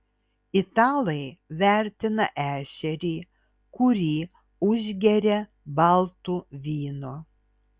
italai vertina ešerį kurį užgeria baltu vynu